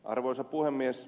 arvoisa puhemies